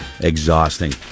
exhausting